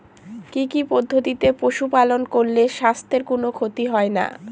কি কি পদ্ধতিতে পশু পালন করলে স্বাস্থ্যের কোন ক্ষতি হয় না?